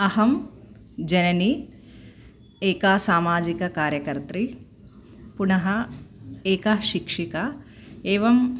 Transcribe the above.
अहं जननी एका समाजिककार्यकर्त्री पुनः एका शिक्षिका एवं